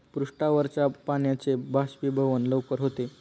पृष्ठावरच्या पाण्याचे बाष्पीभवन लवकर होते